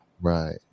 right